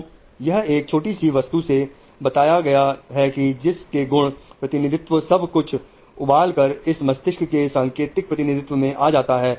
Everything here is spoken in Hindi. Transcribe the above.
तो यह एक छोटी सी वस्तु से बताया गया है जिस के गुण प्रतिनिधित्व सब कुछ उबालकर इस मस्तिष्क के सांकेतिक प्रतिनिधित्व में आ जाता है